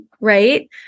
right